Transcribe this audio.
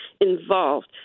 involved